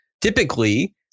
typically